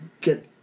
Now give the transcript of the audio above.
get